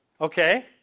Okay